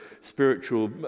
spiritual